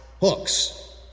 Hooks